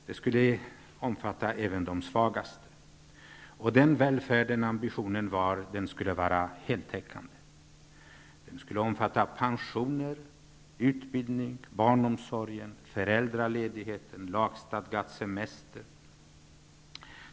Det skulle omfatta även de svagaste. Ambitionen var att välfärden skulle vara heltäckande. Den skulle omfatta pensioner, utbildning, barnomsorg, föräldraledighet och lagstadgad semester.